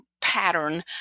pattern